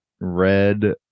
Red